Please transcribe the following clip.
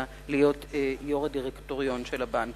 עליה ועלינו לדעת שהחוק מונע ממנה להיות יו"ר הדירקטוריון של הבנק.